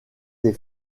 des